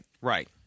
Right